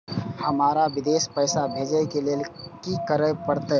हमरा विदेश पैसा भेज के लेल की करे परते?